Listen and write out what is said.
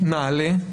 בנעל"ה?